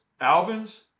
Alvin's